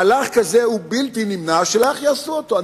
מהלך כזה הוא בלתי נמנע, ושאלה איך יעשו אותו.